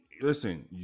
Listen